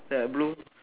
that blue